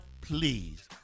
please